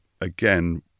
again